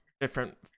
different